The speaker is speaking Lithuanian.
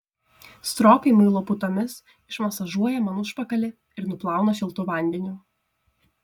stropiai muilo putomis išmasažuoja man užpakalį ir nuplauna šiltu vandeniu